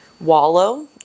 wallow